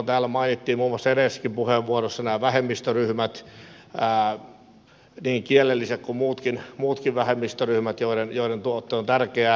täällä mainittiin muun muassa edellisessäkin puheenvuorossa nämä vähemmistöryhmät niin kielelliset kuin muutkin vähemmistöryhmät joiden tuotanto on tärkeää